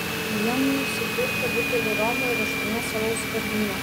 jie nusipirko butelį romo ir aštuonias alaus skardines